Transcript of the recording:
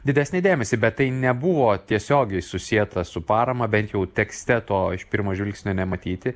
didesnį dėmesį bet tai nebuvo tiesiogiai susieta su parama bent jau tekste to iš pirmo žvilgsnio nematyti